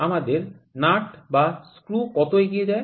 আমাদের নাট্ বা স্ক্রু কত এগিয়ে যায়